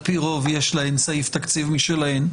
על פי רוב יש להן סעיף תקציבי משלהן.